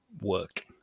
work